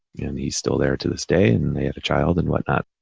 and he's still there to this day and they had a child and whatnot.